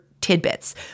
tidbits